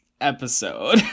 episode